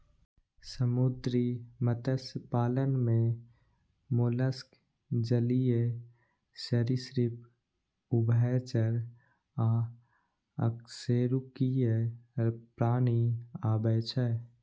समुद्री मत्स्य पालन मे मोलस्क, जलीय सरिसृप, उभयचर आ अकशेरुकीय प्राणी आबै छै